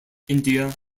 india